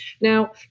Now